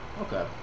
Okay